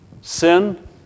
sin